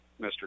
Mr